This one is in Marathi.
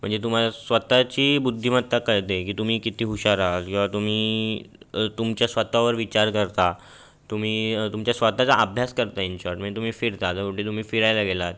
म्हणजे तुम्हाला स्वत ची बुद्धिमत्ता कळते की तुम्ही किती हुशार आहात किंवा तुम्ही तुमच्या स्वत वर विचार करता तुम्ही तुमच्या स्वत चा अभ्यास करता इन शॉर्ट म्हणजे तुम्ही फिरता जर कुठे तुम्ही फिरायला गेलात